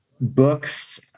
books